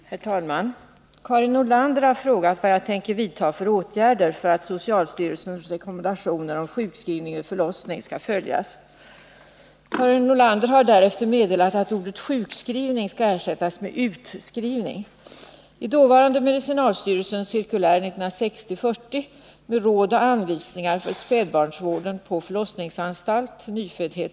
Herr talman! Karin Nordlander har frågat mig vilka åtgärder jag tänker vidta för att socialstyrelsens rekommendationer om sjukskrivning vid förlossning skall följas. Karin Nordlander har därefter meddelat att ordet sjukskrivning skall ersättas med ordet utskrivning.